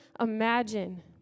imagine